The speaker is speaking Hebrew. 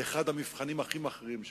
לאחד המבחנים הכי מכריעים שלה,